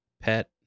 pet